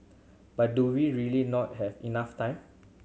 but do we really not have enough time